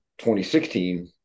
2016